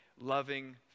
loving